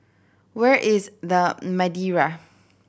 where is The Madeira